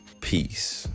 Peace